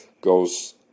goes